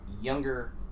younger